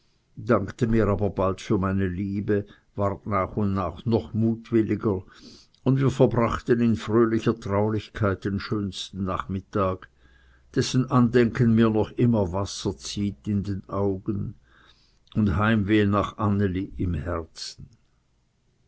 dankte mir aber bald für meine liebe ward nach und nach mutwilliger und wir verbrachten in fröhlicher traulichkeit den schönsten nachmittag dessen andenken mir noch immer wasser zieht in den augen und heimweh nach anneli im herzen